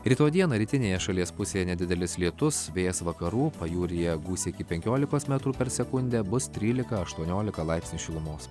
rytoj dieną rytinėje šalies pusėje nedidelis lietus vėjas vakarų pajūryje gūsiai iki penkiolikos metrų per sekundę bus trylika aštuoniolika laipsnių šilumos